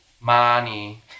Money